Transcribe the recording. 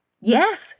Yes